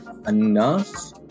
enough